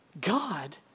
God